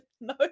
no